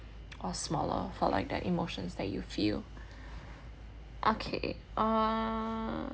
or smaller for like that emotions that you feel okay err